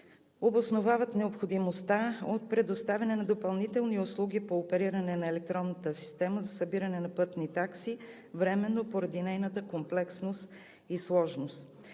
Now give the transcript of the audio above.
обосновават необходимостта от предоставяне на допълнителни услуги по опериране на електронната система за събиране на пътни такси временно, поради нейната комплексност и сложност.